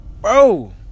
Bro